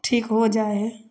ठीक हो जाइ है